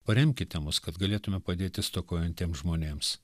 paremkite mus kad galėtume padėti stokojantiems žmonėms